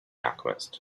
alchemist